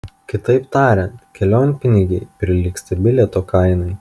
kitaip tariant kelionpinigiai prilygsta bilieto kainai